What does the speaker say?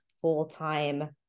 full-time